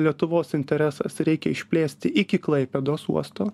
lietuvos interesas reikia išplėsti iki klaipėdos uosto